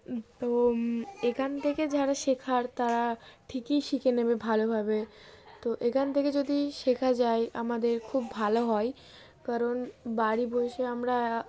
তো এখান থেকে যারা শেখার তারা ঠিকই শিখে নেবে ভালোভাবে তো এখান থেকে যদি শেখা যায় আমাদের খুব ভালো হয় কারণ বাড়ি বসে আমরা